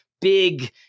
big